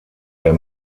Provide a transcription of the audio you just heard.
der